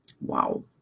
Wow